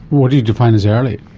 what do you define as early?